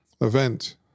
event